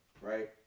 Right